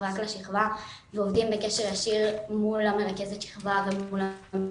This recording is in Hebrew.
ורק לשכבה והם עובדים בקשר ישיר מול מרכזת השכבה והמחנכים.